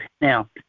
Now